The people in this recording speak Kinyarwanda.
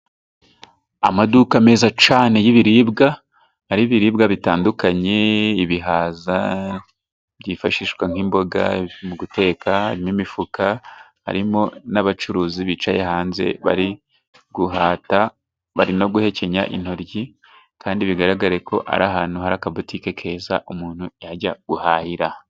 Amaduka meza cyane y'ibiribwa hariho ibiribwa bitandukanye ibihaza byifashishwa nk'imboga mu guteka, harimo imifuka ,harimo n'abacuruzi bicaye hanze bari guhata bari no guhekenya intoryi ,kandi bigaragareko ari ahantu hari akabutike keza umuntu yajya guhahira.